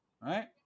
right